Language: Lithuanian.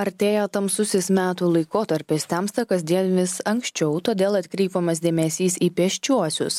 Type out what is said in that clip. artėja tamsusis metų laikotarpis temsta kasdien vis anksčiau todėl atkreipiamas dėmesys į pėsčiuosius